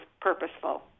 purposeful